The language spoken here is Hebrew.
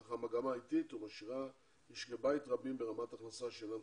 אך המגמה איטית ומשאירה משקי בית רבים ברמת הכנסה שאינה מספקת.